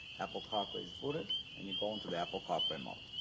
apple carplay is booted and you go into the apple carplay mode.